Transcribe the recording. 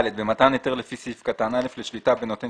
במתן היתר לפי סעיף קטן (א) לשליטה בנותן